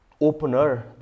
opener